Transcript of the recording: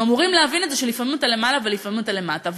הם אמורים להבין את זה שלפעמים אתה למעלה ולפעמים אתה למטה.